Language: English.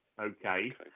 Okay